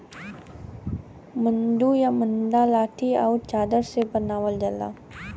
मड्डू या मड्डा लाठी आउर चादर से बनावल जाला